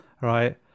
right